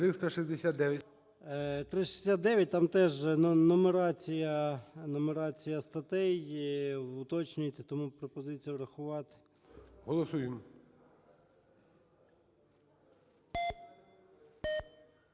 369 – там теж нумерація статей уточнюється. Тому пропозиція врахувати. ГОЛОВУЮЧИЙ.